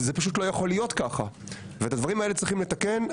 זה פשוט לא יכול להיות ככה ואת הדברים האלה צריכים לתקן.